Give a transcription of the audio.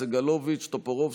יואל רזבוזוב, אלעזר שטרן,